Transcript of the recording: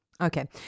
Okay